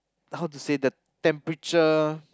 how to say the temperature